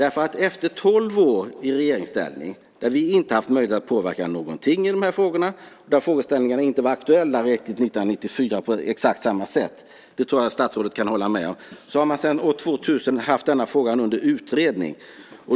Efter tolv år med er i regeringsställning har vi inte har haft möjlighet att påverka någonting i de här frågorna. År 1994 var frågeställningarna inte riktigt aktuella på exakt samma sätt. Det tror jag att statsrådet kan hålla med om. Sedan år 2000 har man haft denna fråga under utredning.